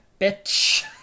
Bitch